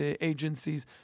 agencies